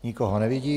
Nikoho nevidím.